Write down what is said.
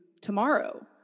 tomorrow